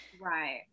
Right